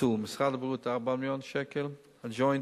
הקצו משרד הבריאות, 4 מיליוני שקלים, וה"ג'וינט"